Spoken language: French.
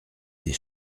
des